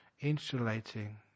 insulating